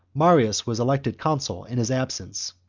marius was elected consul in his absence,